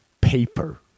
Paper